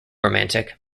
romantic